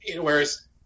whereas